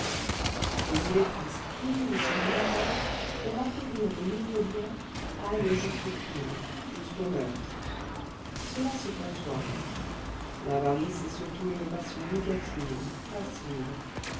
mais il est presque inouï qu'un avare pour acquérir de nouveaux biens aille jusqu'au crime jusqu'au meurtre cela se conçoit l'avarice est surtout une passion négative passive